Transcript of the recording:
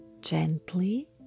gently